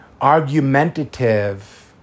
argumentative